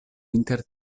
inter